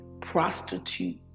prostitute